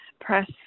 press